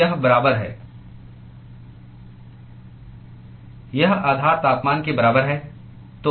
यह बराबर है यह आधार तापमान के बराबर है